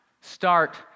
start